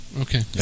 okay